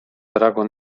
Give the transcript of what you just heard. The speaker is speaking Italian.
drago